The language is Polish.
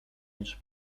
już